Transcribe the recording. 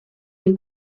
les